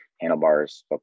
Handlebars